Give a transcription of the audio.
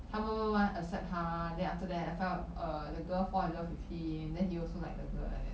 他慢慢慢慢 accept 她 then after that I fell uh the girl fell in love with he then he also like the girl like that